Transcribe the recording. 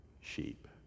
sheep